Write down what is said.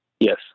Yes